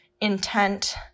intent